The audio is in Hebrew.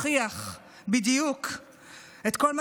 אדם שאין בו דבר אחד אמיתי והוכיח בדיוק שכל מה